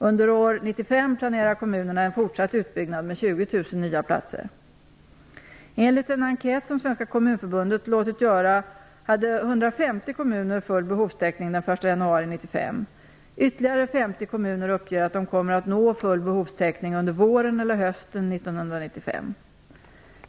Under år 1995 planerar kommunerna en fortsatt utbyggnad med 20 000 nya platser. Enligt en enkät som Svenska kommunförbundet låtit göra hade 150 kommuner full behovstäckning den 1 januari 1995. Ytterligare 50 kommuner uppger att de kommer att nå full behovstäckning under våren eller hösten 1995.